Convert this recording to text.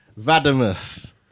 Vadimus